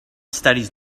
studies